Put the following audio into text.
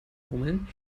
hummeln